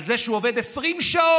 על זה שהוא עובד 20 שעות